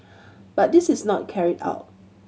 but this is not carried out